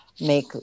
make